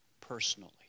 personally